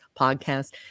podcast